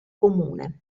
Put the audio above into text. comune